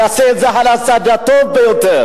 יעשה את זה על הצד הטוב ביותר.